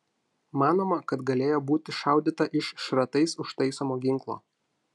manoma kad galėjo būti šaudyta iš šratais užtaisomo ginklo